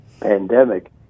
pandemic